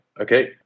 okay